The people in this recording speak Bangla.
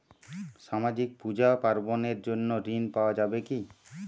সামাজিক পূজা পার্বণ এর জন্য ঋণ পাওয়া যাবে কি?